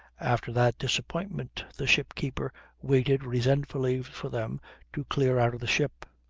after that disappointment the ship-keeper waited resentfully for them to clear out of the ship.